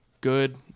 Good